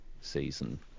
season